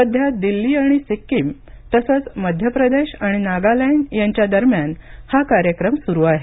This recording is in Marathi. सध्या दिल्ली आणि सिक्कीम तसंच मध्य प्रदेश आणि नागालँड यांच्यादरम्यान हा कार्यक्रम सुरू आहे